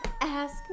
ask